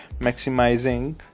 maximizing